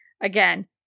again